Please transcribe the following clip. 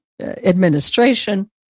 administration